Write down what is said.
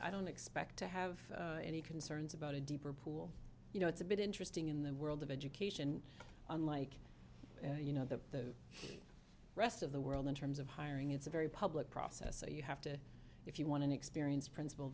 i don't expect to have any concerns about a deeper pool you know it's a bit interesting in the world of education unlike you know the rest of the world in terms of hiring it's a very public process and you have to if you want to experience princip